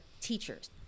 teachers